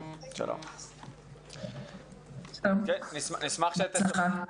שלום, בהצלחה.